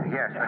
Yes